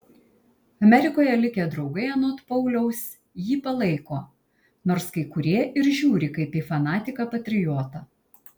amerikoje likę draugai anot pauliaus jį palaiko nors kai kurie ir žiūri kaip į fanatiką patriotą